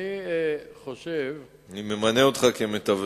אני ממנה אותך למתווך.